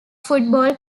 football